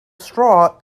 straw